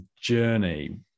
journey